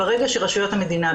ברגע שרשויות המדינה,